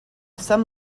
some